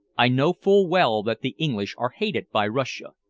i know full well that the english are hated by russia,